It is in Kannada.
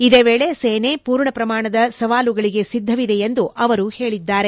ಇದೇ ವೇಳೆ ಸೇನೆ ಪೂರ್ಣ ಪ್ರಮಾಣದ ಸವಾಲುಗಳಿಗೆ ಸಿದ್ದವಿದೆ ಎಂದು ಅವರು ಹೇಳಿದ್ದಾರೆ